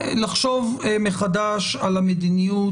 לחשוב מחדש על המדיניות,